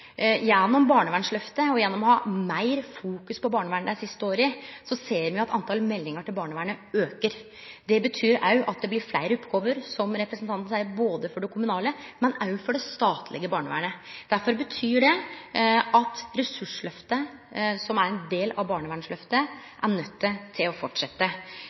Gjennom barnevernsløftet og gjennom å ha hatt meir fokus på barnevernet dei siste åra ser me at talet på meldingar til barnevernet aukar. Det betyr òg at det blir fleire oppgåver, som representanten seier, både for det kommunale og for det statlege barnevernet. Derfor betyr det at ressursløftet, som er ein del av